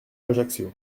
ajaccio